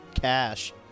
cash